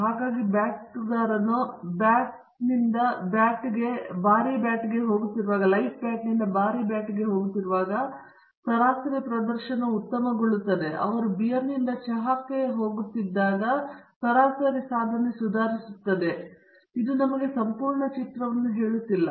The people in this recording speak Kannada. ಹಾಗಾಗಿ ಬ್ಯಾಟುಗಾರನು ಬ್ಯಾಟ್ ಬ್ಯಾಟ್ನಿಂದ ಭಾರೀ ಬ್ಯಾಟ್ಗೆ ಹೋಗುತ್ತಿರುವಾಗ ಸರಾಸರಿ ಪ್ರದರ್ಶನವು ಉತ್ತಮಗೊಳ್ಳುತ್ತದೆ ಮತ್ತು ಅವರು ಬಿಯರ್ನಿಂದ ಚಹಾಕ್ಕೆ ಹೋಗುತ್ತಿದ್ದಾಗ ಸರಾಸರಿ ಸಾಧನೆ ಸುಧಾರಿಸುತ್ತದೆ ಆದರೆ ಇದು ನಮಗೆ ಸಂಪೂರ್ಣ ಚಿತ್ರವನ್ನು ಹೇಳುತ್ತಿಲ್ಲ